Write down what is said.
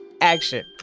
action